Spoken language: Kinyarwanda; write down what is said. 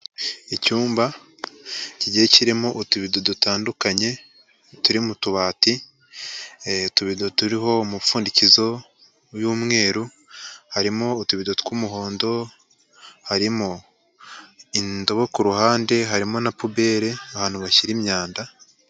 Icyumba kigiye kirimo utubido dutandukanye turi mu tubati, utubido turiho umupfundikizo w'umweru, harimo utubido tw'umuhondo, harimo indobo ku ruhande, harimo na pubere ahantu bashyira imyanda.